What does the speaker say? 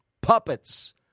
puppets